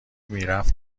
میرفت